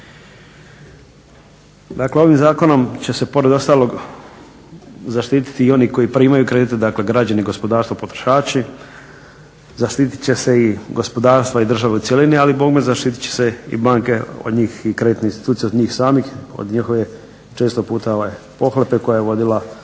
Dakle ovim zakonom će se pored ostalog zaštiti i oni koji primaju kredit, dakle građani gospodarstva, potrošači. Zaštiti će se i gospodarstva i države u cjelini ali bogme zaštiti će se i banke od njih i kreditne institucije od njih samih, od njihove, često puta pohlepe koja je vodila